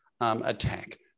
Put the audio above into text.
attack